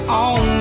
on